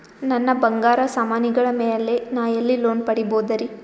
ನನ್ನ ಬಂಗಾರ ಸಾಮಾನಿಗಳ ಮ್ಯಾಲೆ ನಾ ಎಲ್ಲಿ ಲೋನ್ ಪಡಿಬೋದರಿ?